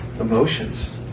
emotions